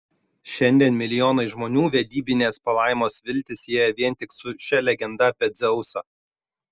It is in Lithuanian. šiandien milijonai žmonių vedybinės palaimos viltį sieja vien tik su šia legenda apie dzeusą